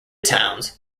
towns